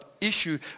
issue